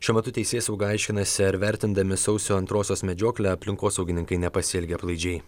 šiuo metu teisėsauga aiškinasi ar vertindami sausio antrosios medžioklę aplinkosaugininkai nepasielgė aplaidžiai